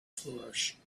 flourish